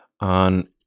on